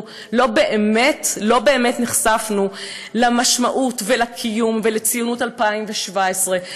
לא באמת נחשפנו למשמעות ולקיום ולציונות 2017,